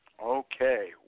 Okay